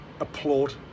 Applaud